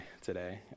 today